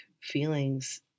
feelings